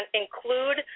include